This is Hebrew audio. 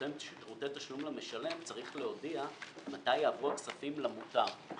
נותן שירותי תשלום למשלם צריך להודיע מתי יעברו הכספים למוטב.